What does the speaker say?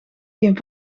geen